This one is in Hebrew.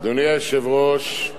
אדוני היושב-ראש,